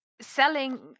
selling